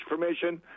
permission